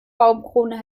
baumkrone